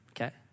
okay